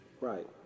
right